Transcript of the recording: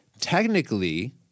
technically